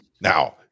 now